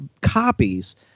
copies